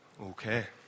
Okay